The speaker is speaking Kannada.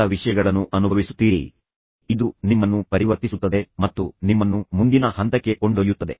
ನೀವು ಸಂಪೂರ್ಣವಾಗಿ ಹೊಸ ವಿಷಯಗಳನ್ನು ಅನುಭವಿಸುತ್ತೀರಿ ಸಂಪೂರ್ಣವಾಗಿ ಇದು ನಿಮ್ಮನ್ನು ಪರಿವರ್ತಿಸುತ್ತದೆ ಮತ್ತು ನಿಮ್ಮನ್ನು ಮುಂದಿನ ಹಂತಕ್ಕೆ ಕೊಂಡೊಯ್ಯುತ್ತದೆ